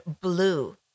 blue